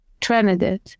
Trinidad